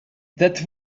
that